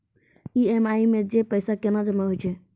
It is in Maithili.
ई.एम.आई मे जे पैसा केना जमा होय छै?